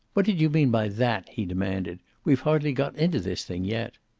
what did you mean by that? he demanded. we've hardly got into this thing yet.